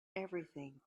everything